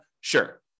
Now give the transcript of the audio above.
Sure